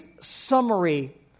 summary